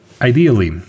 Ideally